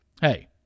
hey